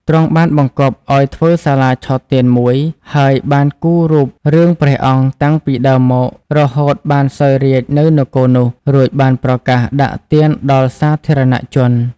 ទ្រង់បានបង្គាប់ឲ្យធ្វើសាលាឆទានមួយហើយបានគូររូបរឿងព្រះអង្គតាំងពីដើមមក រហូតបានសោយរាជ្យនៅនគរនោះ រួចបានប្រកាសដាក់ទានដល់សាធារណជន។